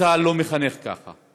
שצה"ל לא מחנך ככה,